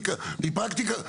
היא פרקטיקה,